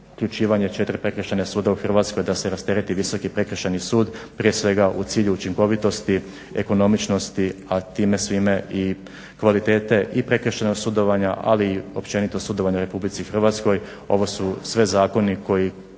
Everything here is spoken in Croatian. uključivanje 4 Prekršajna suda u Hrvatskoj da se rastereti Visoki prekršajni sud. Prije svega u cilju učinkovitosti, ekonomičnosti a time svime i kvalitete i prekršajnog sudovanja ali i općenito sudovanja u RH. Ovo su sve zakoni koji